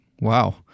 Wow